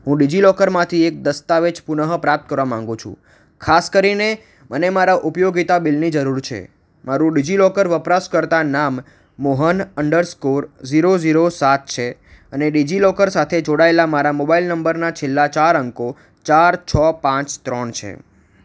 હું ડિજિલોકરમાંથી એક દસ્તાવેજ પુનઃપ્રાપ્ત કરવા માગુ છું ખાસ કરીને મને મારા ઉપયોગિતા બિલની જરૂર છે મારું ડિજિલોકર વપરાશકર્તા નામ મોહન અન્ડરસ્કોર ઝીરો ઝીરો સાત છે અને ડિજિલોકર સાથે જોડાયેલા મારા મોબાઇલ નંબરના છેલ્લા ચાર અંકો ચાર છ પાંચ ત્રણ છે